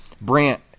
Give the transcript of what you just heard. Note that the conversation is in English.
Brant